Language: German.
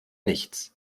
nichts